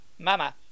Mama